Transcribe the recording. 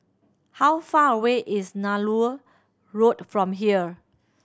how far away is Nallur Road from here